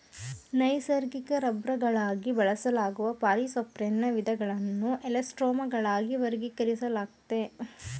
ನೈಸರ್ಗಿಕ ರಬ್ಬರ್ಗಳಾಗಿ ಬಳಸಲಾಗುವ ಪಾಲಿಸೊಪ್ರೆನ್ನ ವಿಧಗಳನ್ನು ಎಲಾಸ್ಟೊಮರ್ಗಳಾಗಿ ವರ್ಗೀಕರಿಸಲಾಗಯ್ತೆ